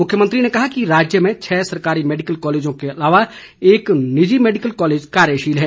मुख्यमंत्री ने कहा कि राज्य में छः सरकारी मैडिकल कॉलेजों के अलावा एक निजी मैडिकल कॉलेज कार्यशील है